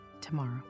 tomorrow